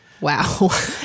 Wow